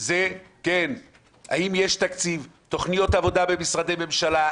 הוא כן אם יש תקציב, תוכניות עבודה במשרדי ממשלה.